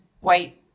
white